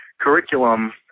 curriculum